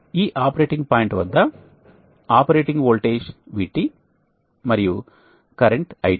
ఈ operating point వద్ద operating voltage VT మరియు కరెంట్ IT